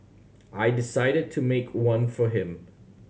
I decided to make one for him